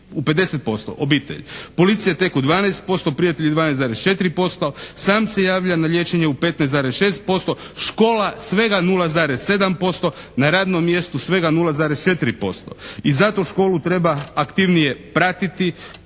u 50% obitelj. Policija tek u 12%, prijatelji 12,4%, sami se javlja na liječenje u 15,6%, škola svega 0,7%, na radnom mjestu svega 0,4%. I zato školu treba aktivnije pratiti.